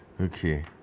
Okay